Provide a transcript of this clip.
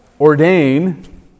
ordain